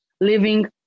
living